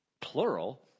Plural